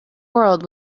world